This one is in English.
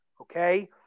okay